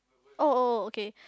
oh oh oh okay